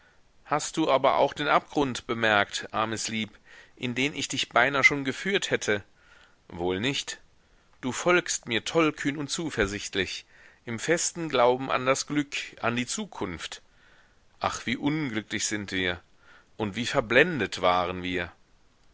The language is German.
hast du aber auch den abgrund bemerkt armes lieb in den ich dich beinahe schon geführt hätte wohl nicht du folgst mir tollkühn und zuversichtlich im festen glauben an das glück an die zukunft ach wie unglücklich sind wir und wie verblendet waren wir